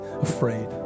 afraid